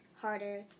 harder